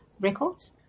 records